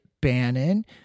Bannon